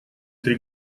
три